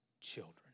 children